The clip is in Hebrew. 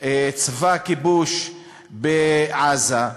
צבא כיבוש בעזה,